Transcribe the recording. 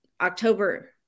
October